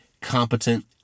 competent